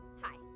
Hi